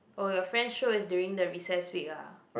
oh your friend show is during the recess week ah